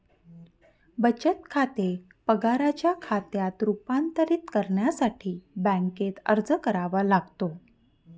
बचत खाते पगाराच्या खात्यात रूपांतरित करण्यासाठी बँकेत अर्ज करावा लागतो